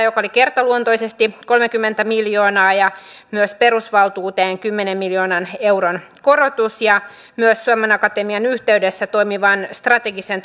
joka oli kertaluontoisesti kolmekymmentä miljoonaa ja myös perusvaltuuteen kymmenen miljoonan euron korotus myös suomen akatemian yhteydessä toimivan strategisen